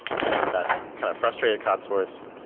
and that kind of frustrated cotsworth,